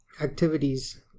activities